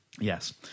Yes